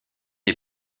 est